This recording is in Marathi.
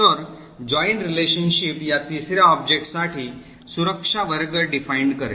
तर जॉइन रिलेशनशिप या तिसर्या ऑब्जेक्टसाठी सुरक्षा वर्ग परिभाषित करेल